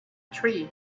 three